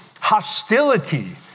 hostility